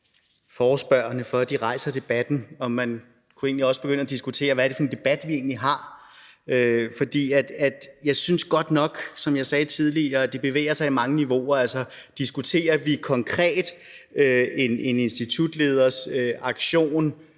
forespørgerne for, at de rejser debatten. Man kunne også begynde at diskutere, hvad det egentlig er for en debat, vi har. For jeg synes godt nok, som jeg sagde tidligere, at det bevæger sig i mange niveauer. Altså, diskuterer vi konkret en institutleders aktion